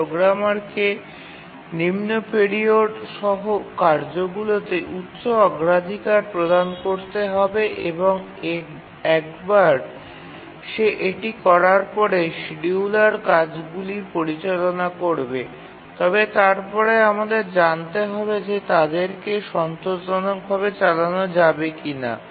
প্রোগ্রামারকে নিম্ন পিরিয়ড সহ কার্যগুলিতে উচ্চ অগ্রাধিকার প্রদান করতে হবে এবং একবার সে এটি করার পরে শিডিয়ুলার কাজগুলি পরিচালনা করবে তবে তারপরে আমাদের জানতে হবে যে তাদেরকে সন্তোষজনকভাবে চালানো যাবে কিনা